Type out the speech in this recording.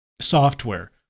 software